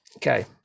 Okay